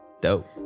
Dope